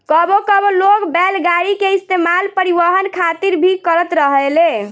कबो कबो लोग बैलगाड़ी के इस्तेमाल परिवहन खातिर भी करत रहेले